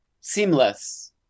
Seamless